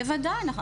בוודאי.